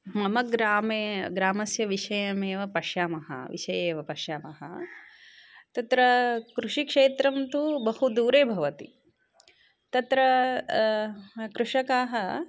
मम ग्रामे ग्रामस्य विषयम् एव पश्यामः विषये एव पश्यामः तत्र कृषिक्षेत्रं तु बहुदूरे भवति तत्र कृषकाः